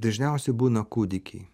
dažniausiai būna kūdikiai